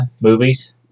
movies